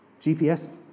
GPS